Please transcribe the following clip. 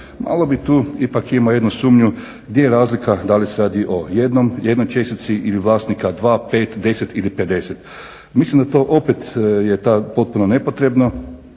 Malo bih tu ipak imao jednu sumnju di je razlika da li se radi o jednoj čestici ili vlasnika dva, pet, deset ili pedeset. Mislim da to opet je potpuno nepotrebno